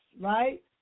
right